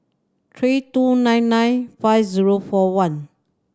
three two nine nine five zero four one